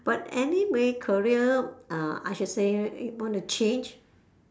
but anyway career uh I should say if want to change